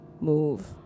move